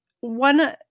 one